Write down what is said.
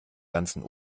ganzen